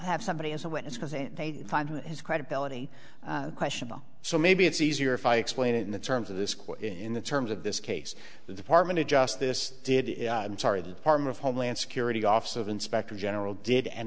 have somebody as a witness because then they'd find his credibility question so maybe it's easier if i explain it in the terms of this quote in the terms of this case the department of justice did it i'm sorry the department of homeland security office of inspector general did an